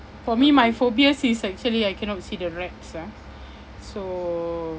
for me my phobias is actually I cannot see the rats ah so